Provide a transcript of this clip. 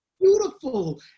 beautiful